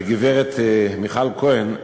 הגברת מיכל כהן,